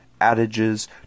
adages